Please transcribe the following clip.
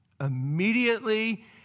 Immediately